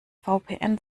vpn